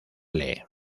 lee